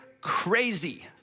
crazy